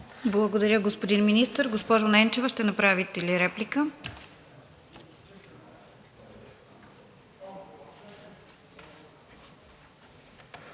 Благодаря, господин Министър. Госпожо Ненчева, ще направите ли реплика?